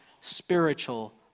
spiritual